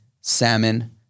salmon